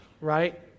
right